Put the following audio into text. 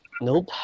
Nope